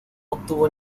obtuvo